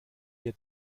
wir